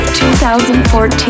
2014